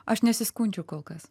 aš nesiskundžiu kol kas